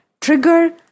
trigger